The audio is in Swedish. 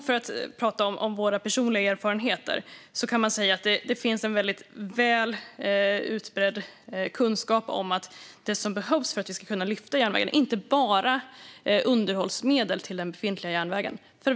För att prata om annat än personliga erfarenheter kan man säga att det finns en väldigt väl utbredd kunskap om att det som behövs för att vi ska kunna lyfta järnvägen inte bara är underhållsmedel till den befintliga järnvägen.